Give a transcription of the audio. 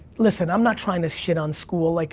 listen, i'm not trying to shit on school. like,